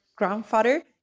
grandfather